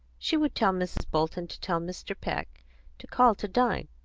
she would tell mrs. bolton to tell mr. peck to call to dine.